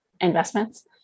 investments